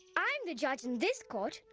i'm the judge in this court!